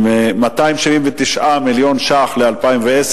של 279 מיליון שקלים ל-2010,